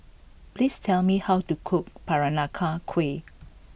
please tell me how to cook Peranakan Kueh